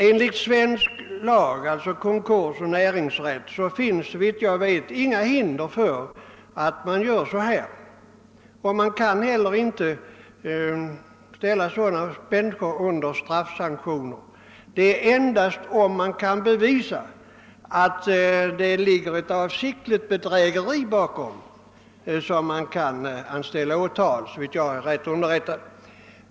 Enligt svensk lag — det gäller alltså konkursoch näringsrätt — finns så vitt jag vet inga hinder för att man gör på detta sätt. Det går heller inte att ställa sådana människor under straffsanktioner. Det är endast om man kan bevisa att det ligger ett avsiktligt bedrägeri bakom som man kan anställa åtal, såvida jag är riktigt underrättad.